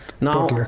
Now